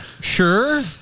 Sure